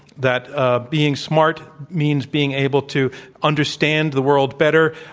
that ah being smart means being able to understand the world better,